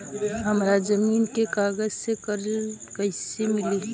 हमरा जमीन के कागज से कर्जा कैसे मिली?